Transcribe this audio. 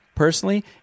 personally